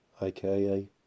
aka